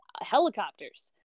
Helicopters